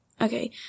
Okay